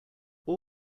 all